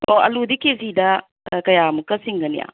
ꯑꯣ ꯑꯜꯂꯨꯗꯤ ꯀꯦꯖꯤꯗ ꯀꯌꯥꯃꯨꯛꯀ ꯆꯤꯡꯒꯅꯤ